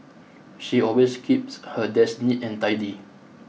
she always keeps her desk neat and tidy